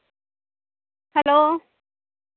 hello